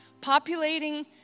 populating